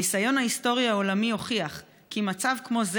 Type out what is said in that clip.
הניסיון ההיסטורי העולמי הוכיח כי מצב כמו זה